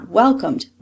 welcomed